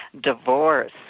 divorce